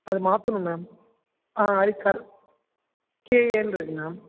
அதை மாற்றனும் மேம் ஹரி கரன் கேஏன்னு இருக்கு மேம்